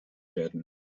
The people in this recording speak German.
werden